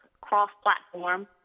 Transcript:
cross-platform